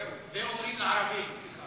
זה אומרים לערבים.